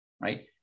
right